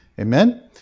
Amen